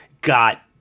got